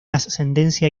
ascendencia